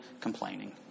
complaining